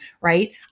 right